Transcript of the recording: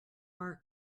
are